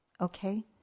Okay